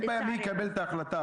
אין בעיה מי יקבל את ההחלטה,